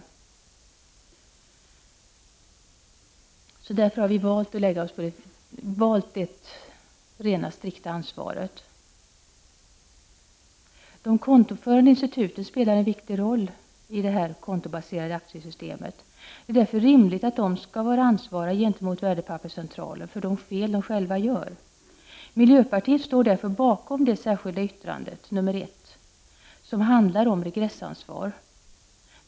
Vi har därför valt ett rent, strikt an De kontoförande instituten spelar en viktig roll i det kontobaserade aktiesystemet. Det är därför rimligt att de skall vara ansvariga gentemot Värdepapperscentralen för de fel som de själva gör. Miljöpartiet står därför bakom det särskilda yttrandet nr 1, som handlar om regressansvar.